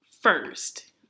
first